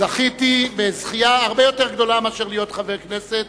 זכיתי זכייה הרבה יותר גדולה מלהיות חבר הכנסת,